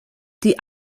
die